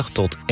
tot